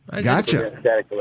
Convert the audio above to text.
Gotcha